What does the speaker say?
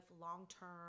long-term